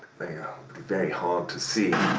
they are very hard to see